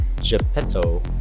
Geppetto